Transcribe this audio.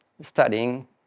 studying